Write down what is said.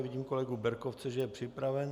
Vidím kolegu Berkovce, že je připraven.